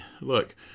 look